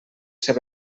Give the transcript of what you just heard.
ser